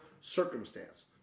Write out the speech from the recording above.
circumstance